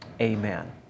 Amen